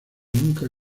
nunca